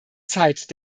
zeit